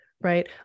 right